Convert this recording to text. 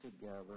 together